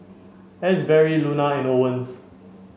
Asberry Luna and Owens